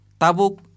Tabuk